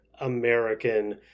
American